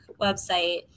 website